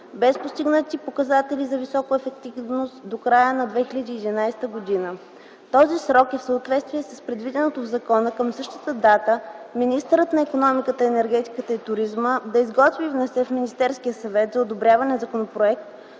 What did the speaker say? без постигнати показатели за висока ефективност, до края на 2011 г. Този срок е в съответствие с предвиденото в закона към същата дата министърът на икономиката, енергетиката и туризма да изготви и внесе в Министерския съвет за одобряване законопроект,